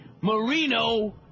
Marino